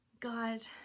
God